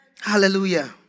Hallelujah